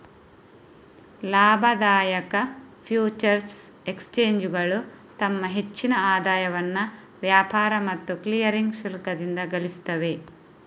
ಲಾಭದಾಯಕ ಫ್ಯೂಚರ್ಸ್ ಎಕ್ಸ್ಚೇಂಜುಗಳು ತಮ್ಮ ಹೆಚ್ಚಿನ ಆದಾಯವನ್ನ ವ್ಯಾಪಾರ ಮತ್ತು ಕ್ಲಿಯರಿಂಗ್ ಶುಲ್ಕದಿಂದ ಗಳಿಸ್ತವೆ